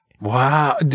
Wow